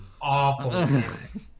Awful